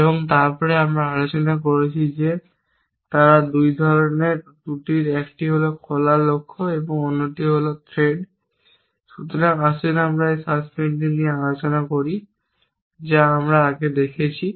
এবং তারপরে আমরা আলোচনা করছি যে তারা 2 ধরণের ত্রুটিগুলির একটি হল খোলা লক্ষ্য এবং অন্যটি হল থ্রেড। সুতরাং আসুন এই সাসপেন্সটি নিয়ে আলোচনা করি যা আমরা আগে দেখেছি